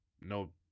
No